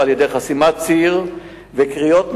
חברי חברי הכנסת טיבי וטלב